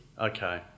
Okay